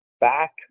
back